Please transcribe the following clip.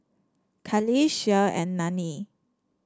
Kali Shea and Lani